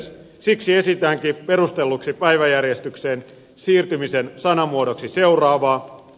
siksi esitänkin perustel lun päiväjärjestykseen siirtymisen sanamuodoksi seuraavaa